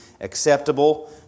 acceptable